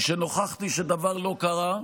משנוכחתי שדבר לא קרה,